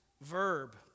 verb